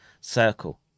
circle